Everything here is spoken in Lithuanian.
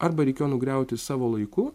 arba reikėjo nugriauti savo laiku